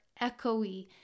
echoey